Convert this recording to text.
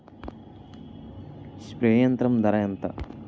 Spray యంత్రం ధర ఏంతా?